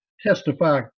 testify